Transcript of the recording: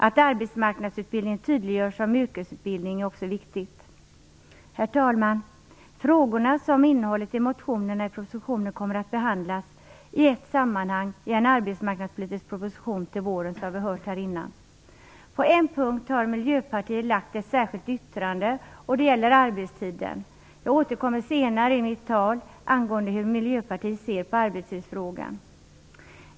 Att arbetsmarknadsutbildningen tydliggörs som yrkesutbildning är också viktigt. Herr talman! De frågor som tas upp i motionerna och propositionen kommer, som vi har hört här tidigare, att behandlas i ett sammanhang i en arbetsmarknadspolitisk proposition till våren. På en punkt har Miljöpartiet lagt fram ett särskilt yttrande, och det är när det gäller arbetstiden. Jag återkommer senare i mitt anförande till hur Miljöpartiet ser på arbetstidsfrågan.